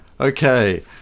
Okay